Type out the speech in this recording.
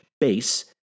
base